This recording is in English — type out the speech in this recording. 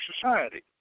society